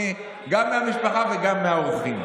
גם מהמשפחה וגם מהאורחים.